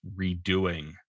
redoing